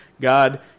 God